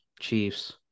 Chiefs